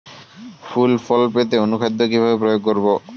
ফুল ফল পেতে অনুখাদ্য কিভাবে প্রয়োগ করব?